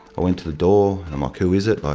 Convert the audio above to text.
i went to the door and i'm like, who is it?